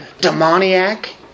demoniac